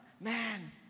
man